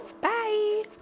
Bye